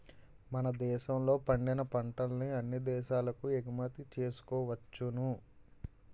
మన దేశంలో పండిన పంటల్ని అన్ని దేశాలకు ఎగుమతి చేసుకోవచ్చును